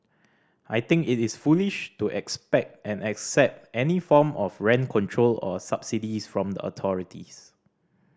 I think it is foolish to expect and accept any form of rent control or subsidies from the authorities